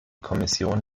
kommission